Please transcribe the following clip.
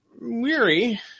Weary